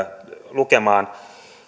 lukemaan